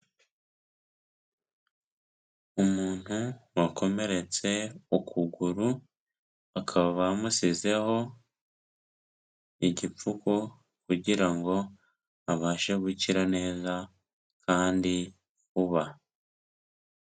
Umuntu wakomeretse ukuguru bakaba bamusizeho igipfuko kugira ngo abashe gukira neza kandi vuba.